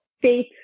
faith